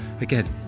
Again